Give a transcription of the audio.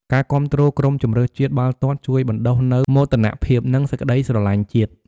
ការគាំទ្រក្រុមជម្រើសជាតិបាល់ទាត់ជួយបណ្តុះនូវមោទនភាព និងសេចក្តីស្រលាញ់ជាតិ។